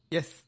Yes